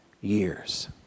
years